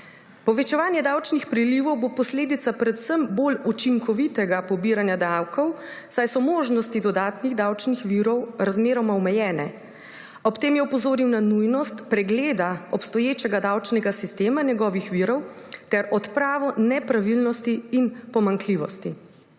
Povečevanje davčnih prilivov bo posledica predvsem bolj učinkovitega pobiranja davkov, saj so možnosti dodatnih davčnih virov razmeroma omejene. Ob tem je opozoril na nujnost pregleda obstoječega davčnega sistema, njegovih virov ter odpravo nepravilnosti in pomanjkljivosti.